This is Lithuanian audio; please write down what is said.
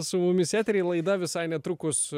su mumis eteryje laida visai netrukus